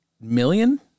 million